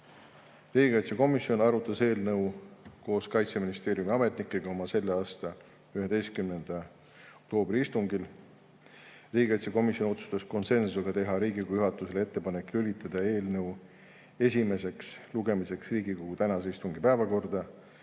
Riigikaitsekomisjon arutas eelnõu koos Kaitseministeeriumi ametnikega oma selle aasta 11. oktoobri istungil. Riigikaitsekomisjon tegi konsensusega otsuse teha Riigikogu juhatusele ettepanek lülitada eelnõu esimeseks lugemiseks Riigikogu tänase istungi päevakorda.